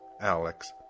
Alex